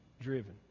driven